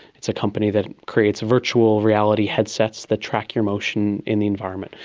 it's a company that creates virtual reality headsets that track your motion in the environment.